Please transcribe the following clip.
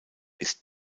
ist